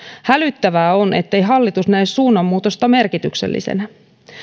hälyttävää on ettei hallitus näe suunnanmuutosta merkityksellisenä